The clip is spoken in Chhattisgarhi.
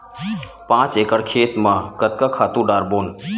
पांच एकड़ खेत म कतका खातु डारबोन?